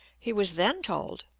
he was then told,